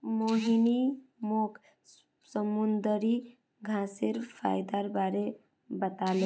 मोहिनी मोक समुंदरी घांसेर फयदार बारे बताले